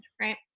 right